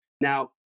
Now